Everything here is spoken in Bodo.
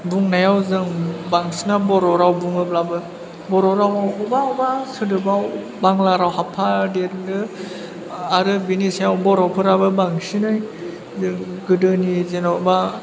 बुंनायाव जों बांसिना बर' राव बुङोब्लाबो बर' रावाव बबेबा बबेबा सोदोबा बांला राव हाबफादेरो आरो बिनि सायाव बर'फोराबो बांसिनै जों गोदोनि जेन'बा